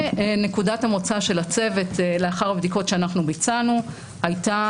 ונקודת המוצא של הצוות לאחר הבדיקות שאנחנו ביצענו הייתה